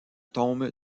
tome